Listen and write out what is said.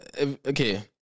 okay